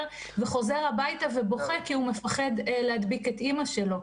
וחוזר הביתה ובוכה כי הוא מפחד להדביק את אמא שלו,